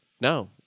no